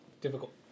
Difficult